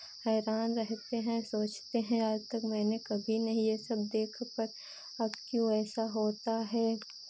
हैरान रहते हैं सोचते हैं आज तक मैंने कभी नहीं ये सब देखा पर अब क्यों ऐसा होता है